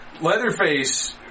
Leatherface